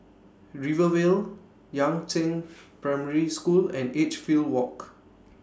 Rivervale Yangzheng Primary School and Edgefield Walk